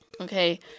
Okay